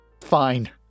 Fine